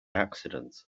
accident